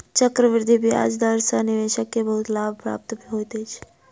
चक्रवृद्धि ब्याज दर सॅ निवेशक के बहुत लाभ प्राप्त होइत अछि